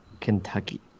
Kentucky